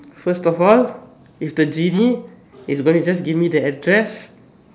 first of all if the genie is going to just give me the address